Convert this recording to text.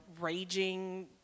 raging